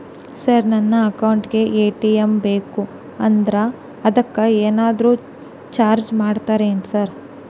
Sir ನನ್ನ account ಗೇ ATM ಬೇಕು ಅದಕ್ಕ ಏನಾದ್ರು ಚಾರ್ಜ್ ಮಾಡ್ತೇರಾ ಸರ್?